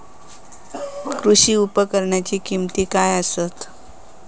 कृषी उपकरणाची किमती काय आसत?